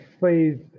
faith